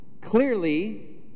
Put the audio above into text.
Clearly